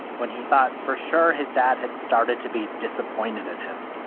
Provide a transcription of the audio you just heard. when he thought for sure his dad had started to be disappointed in him